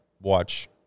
watch